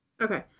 Okay